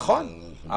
נכון,